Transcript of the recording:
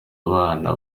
abana